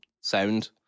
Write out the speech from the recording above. sound